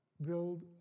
build